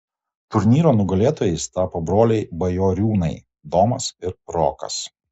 turnyro nugalėtojais tapo broliai bajoriūnai domas ir rokas